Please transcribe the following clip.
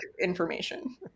information